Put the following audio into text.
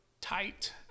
tight